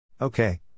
Okay